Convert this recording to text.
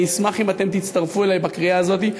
אני אשמח אם אתם תצטרפו אלי בקריאה הזאת,